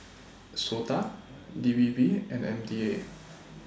Sota D P P and M D A